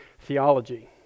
theology